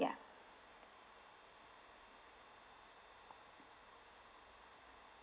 ya